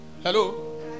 Hello